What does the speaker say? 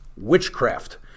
witchcraft